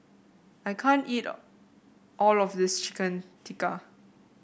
I can't eat all of this Chicken Tikka